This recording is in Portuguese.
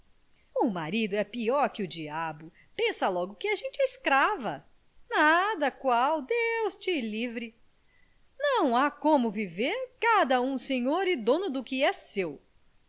um marido é pior que o diabo pensa logo que a gente é escrava nada qual deus te livre não há como viver cada um senhor e dono do que é seu